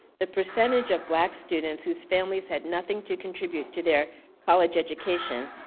the percentage of black students whose families had nothing to contribute to their college education,